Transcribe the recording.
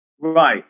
Right